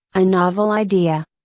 a novel idea.